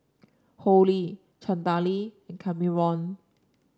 Hollie Chantelle and Kameron